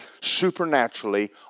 supernaturally